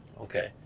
Okay